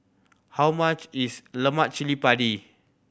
how much is lemak cili padi